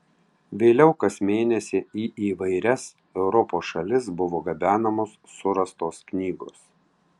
vėliau kas mėnesį į įvairias europos šalis buvo gabenamos surastos knygos